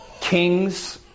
kings